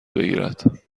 بگیرد